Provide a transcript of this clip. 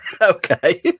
Okay